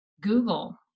Google